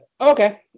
Okay